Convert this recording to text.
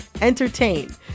entertain